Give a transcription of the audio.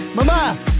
mama